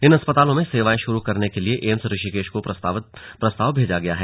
इन अस्पतालों में सेवाएं शुरू करने के लिए एम्स ऋषिकेश को प्रस्ताव भेजा गया है